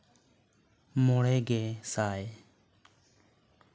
ᱢᱚᱬᱮ ᱜᱮᱥᱟᱭ